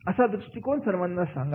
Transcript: असा दृष्टिकोन सर्वांना सांगावा